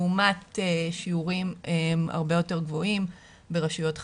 לעומת שיעורים הרבה יותר גבוהים ברשויות חרדיות,